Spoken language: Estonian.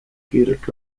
kiirelt